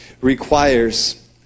requires